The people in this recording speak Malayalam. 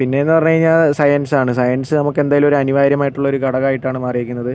പിന്നെ എന്ന് പറഞ്ഞ് കഴിഞ്ഞാൽ സയൻസ് ആണ് സയൻസ് നമുക്കെന്തായാലും ഒരു അനിവാര്യമായിട്ടുള്ള ഒരു ഘടകമായിട്ടാണ് മാറിയിരിക്കുന്നത്